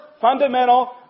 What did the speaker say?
fundamental